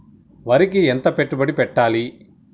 వరికి ఎంత పెట్టుబడి పెట్టాలి?